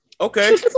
okay